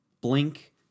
Blink